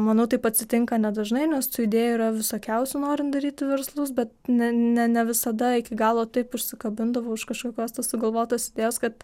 manau taip atsitinka nedažnai nes tų idėjų yra visokiausių norint daryti verslus bet ne ne ne visada iki galo taip užsikabindavau už kažkokios tos sugalvotos idėjos kad